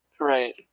right